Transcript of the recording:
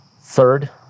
Third